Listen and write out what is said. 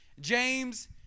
James